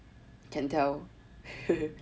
can tell